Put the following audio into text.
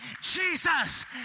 Jesus